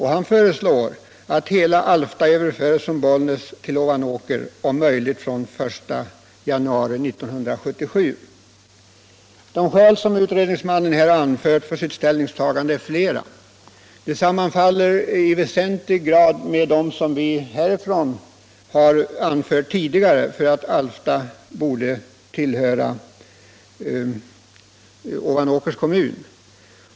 Han föreslår att hela Alfta överförs från Bollnäs till Ovanåker, om möjligt från den 1 januari 1977. De skäl som utredningsmannen har anfört för sitt ställningstagande är flera. De sammanfaller i väsentlig grad med dem som vi härifrån har anfört tidigare för att Alfta borde tillhöra Ovanåkers kommun.